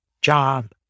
job